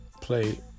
play